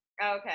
Okay